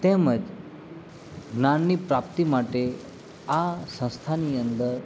તેમજ જ્ઞાનની પ્રાપ્તિ માટે આ સંસ્થાની અંદર